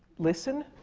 listen!